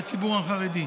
החרדי.